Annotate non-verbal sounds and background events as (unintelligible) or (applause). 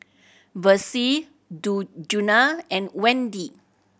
Versie (unintelligible) Djuna and Wendi